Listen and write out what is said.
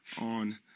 on